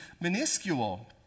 minuscule